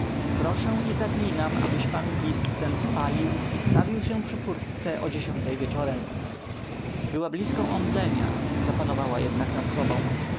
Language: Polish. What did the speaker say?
proszę i zaklinam abyś pan ten list spalił i stawił się przy furtce o dziesiątej wieczorem była blizką omdlenia zapanowała jednak nad sobą